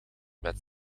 met